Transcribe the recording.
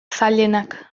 zailenak